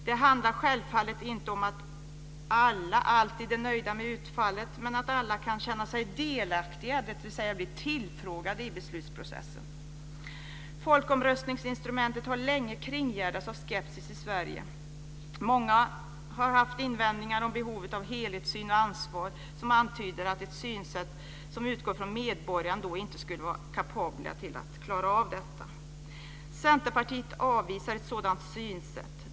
Det handlar självfallet inte om att alla alltid är nöjda med utfallet, men att alla kan känna sig delaktiga, dvs. bli tillfrågade i beslutsprocessen. Folkomröstningsinstrumentet har länge kringgärdats av skepsis i Sverige. Många har haft invändningar mot behovet av helhetssyn och ansvar, vilket antyder ett synsätt som utgår från att medborgarna inte skulle vara kapabla att klara av detta. Centerpartiet avvisar ett sådant synsätt.